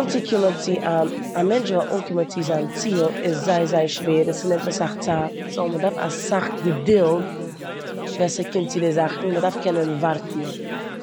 אנציקומען צו א- א מענטש זאל אנקומען צו זיין ציל איז זייער, זייער שווער און ס'נעמט אסאך צייט סאו מ'דארף אסאך געדולד ווען ס'קומט צו די זאכן. מ'דארף קענען ווארטן